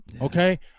okay